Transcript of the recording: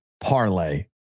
parlay